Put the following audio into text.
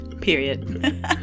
Period